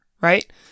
right